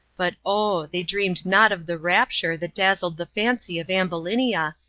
but oh! they dreamed not of the rapture that dazzled the fancy of ambulinia,